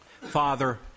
Father